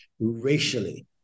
racially